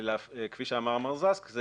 כפי שאמר מר זקס,